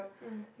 mm